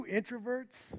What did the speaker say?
introverts